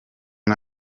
uyu